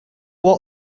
what